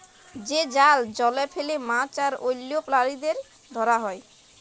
যে জাল জলে ফেলে মাছ আর অল্য প্রালিদের ধরা হ্যয়